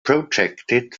projected